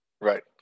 right